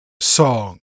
song